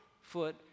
foot